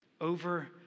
Over